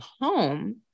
home